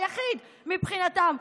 היחיד מבחינתם,